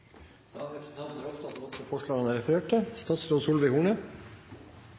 Da har representanten Kari Henriksen tatt opp det forslaget hun refererte til.